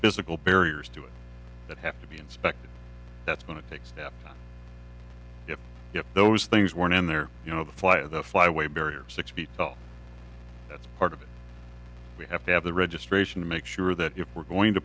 physical barriers to it that have to be inspected that's going to take steps if those things weren't in there you know the flyaway barrier six feet tall that's part of it we have to have the registration to make sure that if we're going to